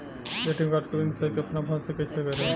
ATM card के PIN set अपना phone से कइसे करेम?